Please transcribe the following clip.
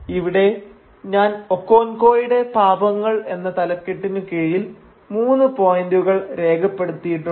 ഇവിടെ ഞാൻ ഒക്കോൻകോയുടെ പാപങ്ങൾ Okonkwo's Transgressions എന്ന തലക്കെട്ടിനു കീഴിൽ മൂന്ന് പോയന്റുകൾ രേഖപ്പെടുത്തിയിട്ടുണ്ട്